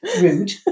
Rude